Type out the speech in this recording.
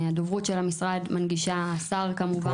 הדוברות של המשרד מנגישה, השר כמובן.